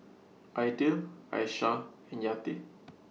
Aidil Aisyah and Yati